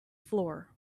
floor